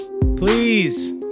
please